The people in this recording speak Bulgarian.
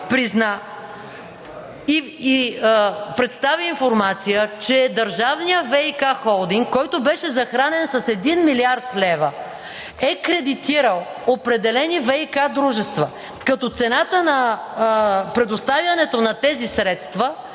призна и представи информация, че държавният ВиК холдинг, който беше захранен с 1 млрд. лв., е кредитирал определени ВиК дружества, като цената на предоставянето на тези средства